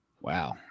Wow